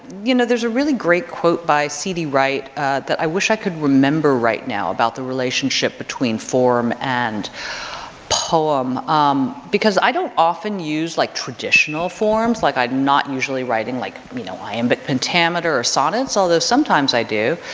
you know there's a really great quote by cd wright that i wish i could remember right now about the relationship between form and poem um because i don't often use like traditional forms, like i'm not usually writing like you know iambic pentameter or sonnets, although sometimes i do,